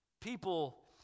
people